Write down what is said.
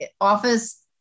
office